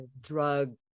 drug